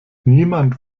niemand